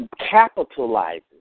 capitalizes